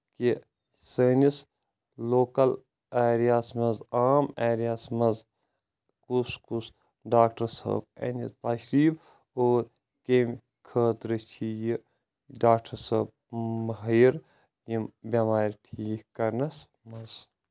کہِ سٲنِس لوکَل ایریاہَس منٛز عام ایریاہَس منٛز کُس کُس ڈاکٹَر صٲب انہِ تشریٖف اور کمہِ خٲطرٕ چھ یہِ ڈاکٹَر صٲب مٲہِر یِم بٮ۪مار ٹھیٖک کَرنَس منٛز